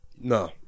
No